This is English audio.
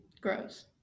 Gross